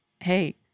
hey